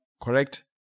correct